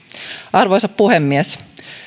arvoisa puhemies